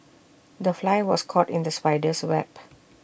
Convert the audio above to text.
the fly was caught in the spider's web